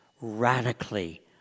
radically